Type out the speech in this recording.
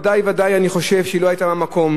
ודאי וודאי אני חושב שהיא לא היתה במקום.